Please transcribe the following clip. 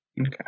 okay